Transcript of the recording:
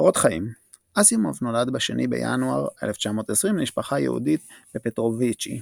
קורות חיים אסימוב נולד ב-2 בינואר 1920 למשפחה יהודית בפטרוביצ'י,